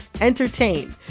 entertain